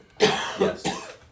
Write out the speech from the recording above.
Yes